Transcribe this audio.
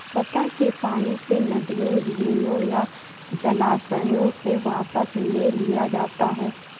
सतह के पानी से नदियों झीलों या जलाशयों से वापस ले लिया जाता है